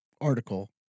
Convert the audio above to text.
article